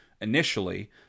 initially